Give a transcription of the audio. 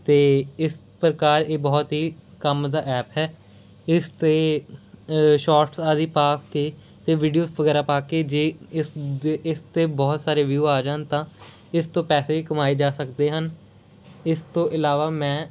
ਅਤੇ ਇਸ ਪ੍ਰਕਾਰ ਇਹ ਬਹੁਤ ਹੀ ਕੰਮ ਦਾ ਐਪ ਹੈ ਇਸ 'ਤੇ ਸ਼ਾਰਟਸ ਆਦਿ ਪਾ ਕੇ ਅਤੇ ਵੀਡੀਓਜ ਵਗੈਰਾ ਪਾ ਕੇ ਜੇ ਇਸ ਇਸ 'ਤੇ ਬਹੁਤ ਸਾਰੇ ਵਿਊ ਆ ਜਾਣ ਤਾਂ ਇਸ ਤੋਂ ਪੈਸੇ ਕਮਾਏ ਜਾ ਸਕਦੇ ਹਨ ਇਸ ਤੋਂ ਇਲਾਵਾ ਮੈਂ